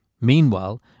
Meanwhile